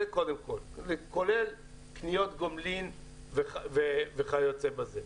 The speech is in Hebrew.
זה כולל קניות גומלין וכיוצא בזה.